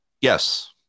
yes